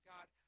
God